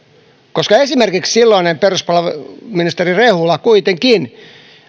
koska esimerkiksi silloinen peruspalveluministeri rehula kuitenkin